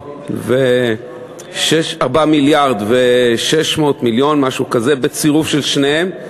4.6 מיליארד, משהו כזה, בצירוף של שניהם.